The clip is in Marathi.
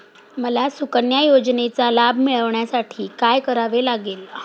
मला सुकन्या योजनेचा लाभ मिळवण्यासाठी काय करावे लागेल?